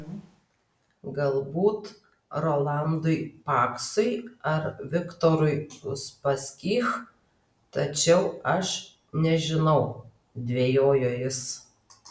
galbūt rolandui paksui ar viktorui uspaskich tačiau aš nežinau dvejojo jis